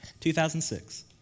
2006